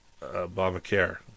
Obamacare